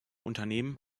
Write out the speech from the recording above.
unternehmen